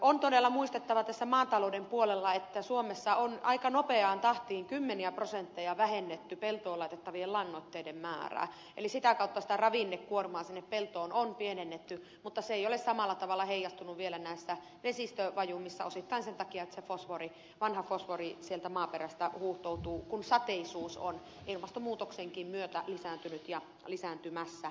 on todella muistettava tässä maatalouden puolella että suomessa on aika nopeaan tahtiin vähennetty kymmeniä prosentteja peltoon laitettavien lannoitteiden määrää eli sitä kautta ravinnekuormaa peltoon on pienennetty mutta se ei ole samalla tavalla heijastunut vielä näissä vesistöön valumisissa osittain sen takia että se vanha fosfori sieltä maaperästä huuhtoutuu kun sateisuus on ilmastonmuutoksenkin myötä lisääntynyt ja lisääntymässä edelleen